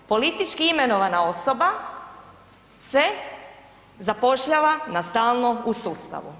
Politički imenovana osoba se zapošljava na stalno u sustavu.